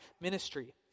ministry